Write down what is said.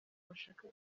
bashaka